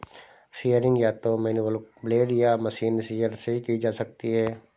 shearing या तो manual blade या मशीन शीयर से की जा सकती है